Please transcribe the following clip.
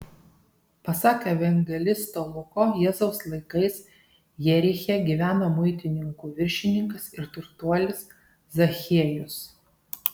pasak evangelisto luko jėzaus laikais jeriche gyveno muitininkų viršininkas ir turtuolis zachiejus